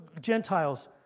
Gentiles